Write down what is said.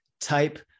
type